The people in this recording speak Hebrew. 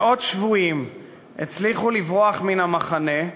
מאות שבויים הצליחו לברוח מן המחנה,